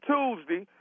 Tuesday